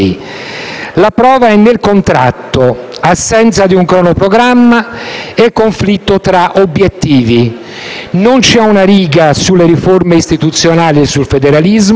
La prova è nel contratto: assenza di un cronoprogramma e conflitto tra obiettivi. Non c'è una riga sulle riforme istituzionali e sul federalismo,